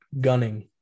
gunning